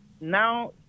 Now